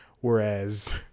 whereas